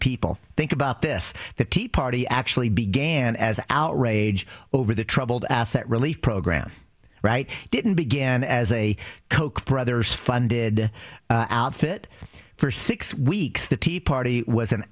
people think about this the tea party actually began as outrage over the troubled asset relief program right didn't begin as a koch brothers funded outfit for six weeks the tea party w